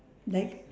like